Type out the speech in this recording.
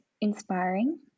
inspiring